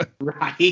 Right